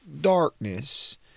darkness